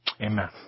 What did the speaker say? Amen